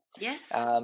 Yes